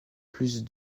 plus